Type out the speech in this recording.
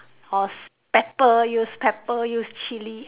or s~ pepper use pepper use chill